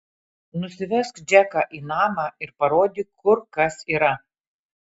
nusivesk džeką į namą ir parodyk kur kas yra